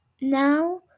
now